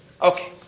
Okay